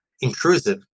intrusive